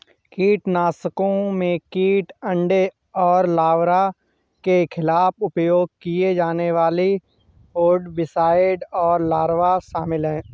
कीटनाशकों में कीट अंडे और लार्वा के खिलाफ उपयोग किए जाने वाले ओविसाइड और लार्वा शामिल हैं